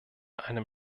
einem